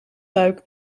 luik